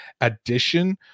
addition